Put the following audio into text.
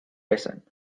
pesan